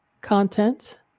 content